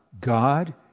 God